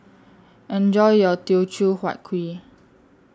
Enjoy your Teochew Huat Kuih